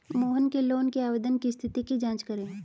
मोहन के लोन के आवेदन की स्थिति की जाँच करें